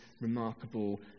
remarkable